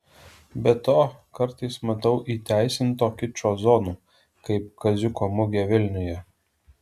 be to kartais matau įteisinto kičo zonų kaip kaziuko mugė vilniuje